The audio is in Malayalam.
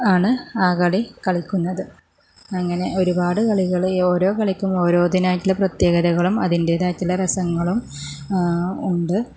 ആണ് ആ കളി കളിക്കുന്നത് അങ്ങനെ ഒരുപാട് കളികള് ഈ ഓരോ കളിക്കും ഓരോ ഇതിനായിട്ട് പ്രത്യേകതകളും അതിൻ്റെതായിട്ടുള്ള രസങ്ങളും ഉണ്ട്